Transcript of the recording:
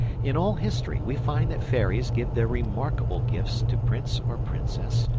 in all history we find that fairies give their remarkable gifts to prince or princess,